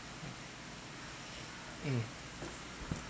mm